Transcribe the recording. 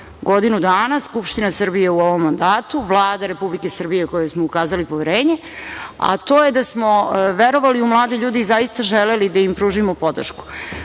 godinu dana, Skupština Srbije u ovom mandatu, Vlada Republike Srbije kojoj smo ukazali poverenje, a to je da smo verovali u mlade ljude i zaista želeli da im pružimo podršku. Ovo